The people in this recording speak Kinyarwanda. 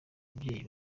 ababyeyi